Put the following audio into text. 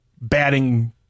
batting